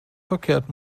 verkehrt